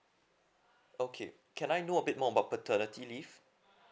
okay can I know a bit more about paternity leave